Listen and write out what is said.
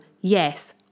Yes